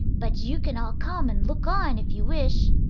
but you can all come and look on, if you wish.